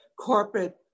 corporate